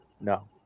No